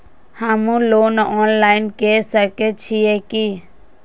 हमू loan online के सके छीये की?